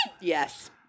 yes